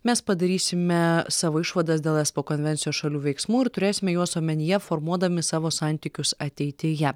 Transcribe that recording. mes padarysime savo išvadas dėl espo konvencijos šalių veiksmų ir turėsime juos omenyje formuodami savo santykius ateityje